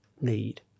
need